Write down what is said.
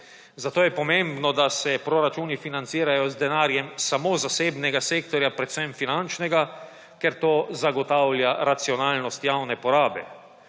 Zato je pomembno, da se proračuni financirajo z denarjem samo zasebnega sektorja, predvsem finančnega, ker to zagotavlja racionalnost javne porabe.